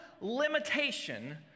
limitation